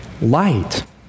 light